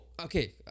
okay